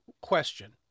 question